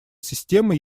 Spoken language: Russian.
система